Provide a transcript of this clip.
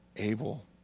Abel